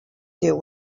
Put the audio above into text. deal